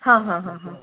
हाँ हाँ हाँ हाँ